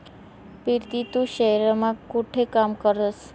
पिरती तू शहेर मा कोठे काम करस?